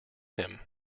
him